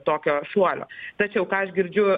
tokio šuolio tačiau ką aš girdžiu